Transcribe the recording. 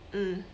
mm